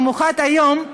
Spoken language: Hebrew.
במיוחד היום,